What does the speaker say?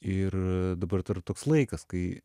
ir dabar toks laikas kai